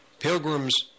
Pilgrims